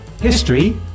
History